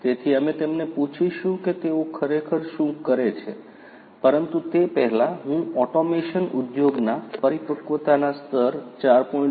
તેથી અમે તેમને પૂછીશું કે તેઓ ખરેખર શું કરે છે પરંતુ તે પહેલાં હું ઓટોમેશન ઉદ્યોગના પરિપક્વતાના સ્તર 4